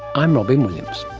i'm robyn williams